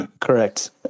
correct